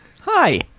Hi